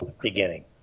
beginning